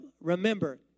remember